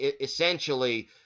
essentially